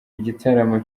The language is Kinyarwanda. igitaramo